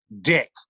dick